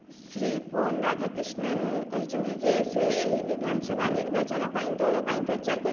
ସ୍ରୀ ପୋନ୍ ରାଧାକ୍ରିଷ୍ଣନ୍ କହିଛନ୍ତି ଯେ ସେ ଏହି ବିଧାନସଭା ନିର୍ବାଚନ ପାଇଁ ଦଳ ପାଇଁ ପ୍ରଚାର କରି